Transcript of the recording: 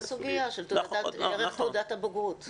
כן, אותה סוגיה, של ערך תעודת הבגרות.